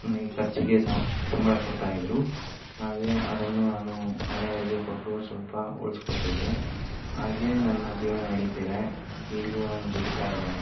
ನನಗೆ ಖರ್ಚಿಗೆ ಸಂಬಳ ಕೊಡ್ತಾಯಿದ್ದರು ಹಾಗೇ ಅದನ್ನು ನಾನು ಮನೆಯವರಿಗೆ ಕೊಟ್ಟು ಸ್ವಲ್ಪ ಉಳಿಸ್ಕೊಳ್ತಿದ್ದೆ ಹಾಗೇ ನನ್ನ ಜೀವನ ನಡೀತಿದೆ ಈಗಲೂ ನಾನು ದುಡಿತಾ ಇದ್ದೇನೆ